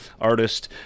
artist